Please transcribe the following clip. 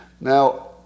Now